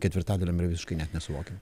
ketvirtadaliams yra visiškai net nesuvokia